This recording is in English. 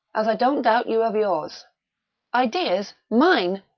as i don't doubt you ave yours ideas mine!